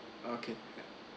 okay yeah